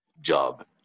job